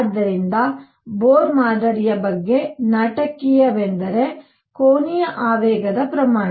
ಆದ್ದರಿಂದ ಬೋರ್ ಮಾದರಿಯ ಬಗ್ಗೆ ನಾಟಕೀಯವೆಂದರೆ ಕೋನೀಯ ಆವೇಗದ ಪ್ರಮಾಣ